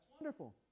wonderful